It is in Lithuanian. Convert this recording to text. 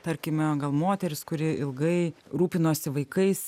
tarkime gal moteris kuri ilgai rūpinosi vaikais